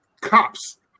cops